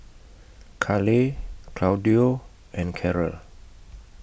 Kale Claudio and Karel